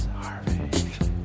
Harvey